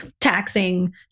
taxing